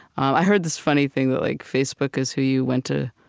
i heard this funny thing that like facebook is who you went to